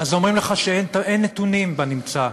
אומרים לך שאין נתונים בנמצא,